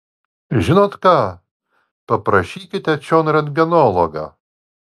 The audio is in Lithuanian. žinot ką paprašykite čion rentgenologą